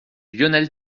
lionel